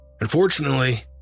Unfortunately